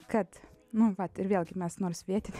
kad nu vat ir vėlgi mes nors vietiniai